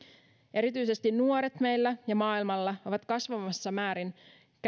erityisesti nuoret meillä ja maailmalla ovat kasvavassa määrin